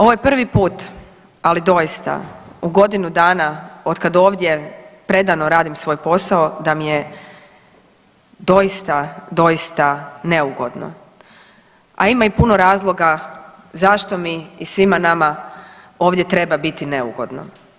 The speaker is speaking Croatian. Ovo je prvi put, ali doista, u godinu dana, otkad ovdje predano radim svoj posao, da mi je doista, doista neugodno, a ima i puno razloga zašto mi i svima nama ovdje treba biti neugodno.